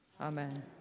Amen